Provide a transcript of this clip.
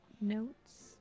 notes